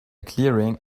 clearing